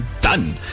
done